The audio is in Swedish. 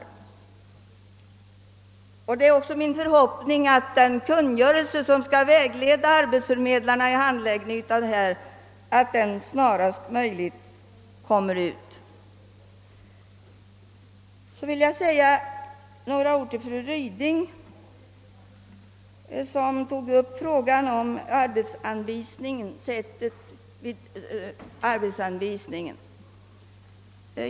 Det är också min förhoppning att den kungörelse som skall vägleda arbetsförmedlingarna i deras handläggning i det nya systemet snarast möjligt kommer. Jag vill vidare säga några ord till fru Ryding som tog upp frågan om sättet för arbetsanvisningen.